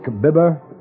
Bibber